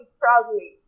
proudly